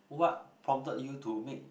what prompted you to make